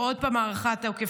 ועוד פעם הארכת תוקף.